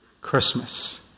Christmas